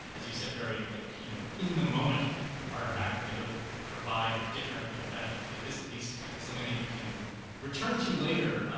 as you said, very like you know in the moment artifact. and they both provide different you know benefits. but this at least is something that you can return to later